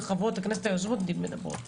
וחברות הכנסת היוזמות מדברות.